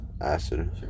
Acid